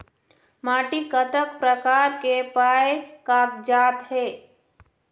माटी कतक प्रकार के पाये कागजात हे?